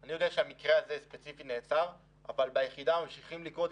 אני יודע שהמקרה הזה ספציפית נעצר אבל ביחידה ממשיכים גם